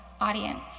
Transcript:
audience